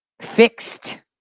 fixed